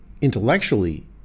intellectually